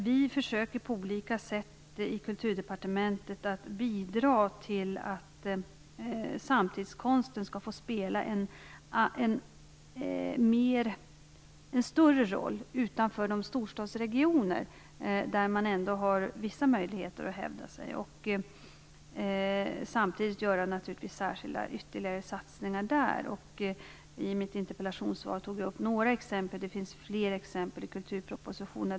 Vi försöker på olika sätt i Kulturdepartementet bidra till att samtidskonsten skall få spela en större roll utanför de storstadsregioner där man ändå har vissa möjligheter att hävda sig och samtidigt göra särskilda ytterligare satsningar där. I mitt interpellationssvar tog jag upp några exempel, och det finns fler i kulturpropositionen.